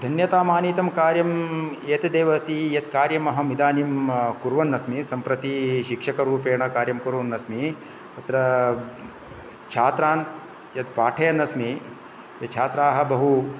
धन्यतामानीतं कार्यम् एतदेव अस्ति यत् कार्यमहम् इदानीं कुर्वन् अस्मि सम्प्रति शिक्षकरूपेण कार्यं कुर्वन् अस्मि अत्र छात्रान् यत् पाठयन् अस्मि छात्राः बहु